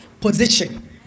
position